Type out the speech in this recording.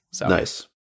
Nice